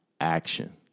action